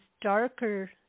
darker